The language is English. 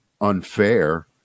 unfair